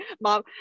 mom